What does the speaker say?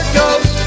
ghost